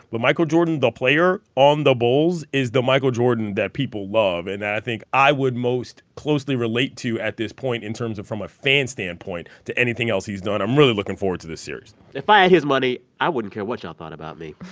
but michael jordan, the player on the bulls, is the michael jordan that people love and that i think i would most closely relate to at this point in terms of from a fan standpoint to anything else he's done. i'm really looking forward to this series if i had his money, i wouldn't care what y'all thought about me.